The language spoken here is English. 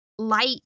light